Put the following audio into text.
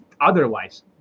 otherwise